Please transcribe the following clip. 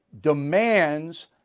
demands